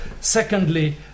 Secondly